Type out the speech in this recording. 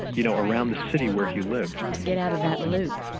you know around the city where he lived. to get out of that loop.